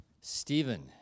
Stephen